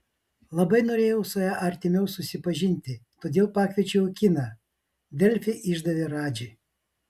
labai norėjau su ja artimiau susipažinti todėl pakviečiau į kiną delfi išdavė radži